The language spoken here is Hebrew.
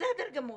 בסדר גמור.